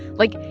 like,